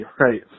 right